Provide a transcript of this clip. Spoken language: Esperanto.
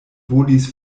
volis